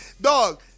Dog